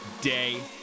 day